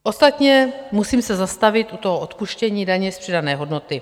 Ostatně musím se zastavit u toho odpuštění daně z přidané hodnoty.